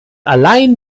allein